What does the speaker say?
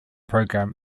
program